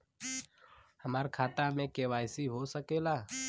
हमार खाता में के.वाइ.सी हो सकेला?